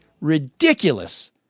ridiculous